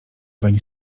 weń